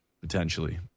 potentially